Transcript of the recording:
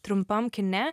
trumpam kine